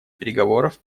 переговоров